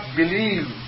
believe